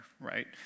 right